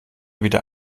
wieder